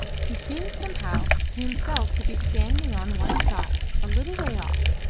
he seemed somehow to himself to be standing on one side, a little way off,